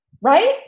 right